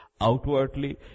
Outwardly